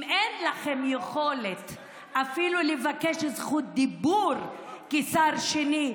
אם אין לכם יכולת אפילו לבקש זכות דיבור כשר שני.